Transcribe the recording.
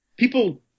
People